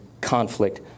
conflict